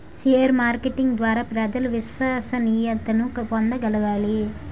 share marketing ద్వారా ప్రజలు విశ్వసనీయతను పొందగలగాలి